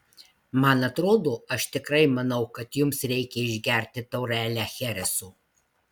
man atrodo aš tikrai manau kad jums reikia išgerti taurelę chereso